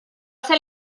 ser